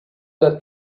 that